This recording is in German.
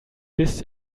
biss